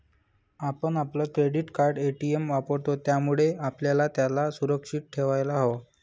आपण आपलं credit card, ATM वापरतो, त्यामुळे आपल्याला त्याला सुरक्षित ठेवायला हव